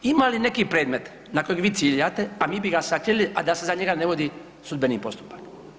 Ima li neki predmet na kojeg vi ciljate, a mi bi ga sakrili a da se za njega ne vodi sudbeni postupak.